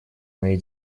моей